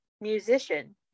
musician